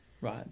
Right